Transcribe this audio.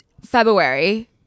February